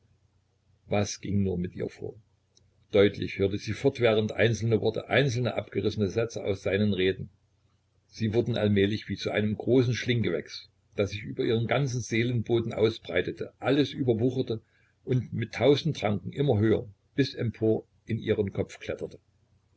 was ging nur mit ihr vor deutlich hörte sie fortwährend einzelne worte einzelne abgerissene sätze aus seinen reden sie wurden allmählich wie zu einem großen schlinggewächs das sich über ihren ganzen seelenboden ausbreitete alles überwucherte und mit tausend ranken immer höher bis empor in ihren kopf kletterte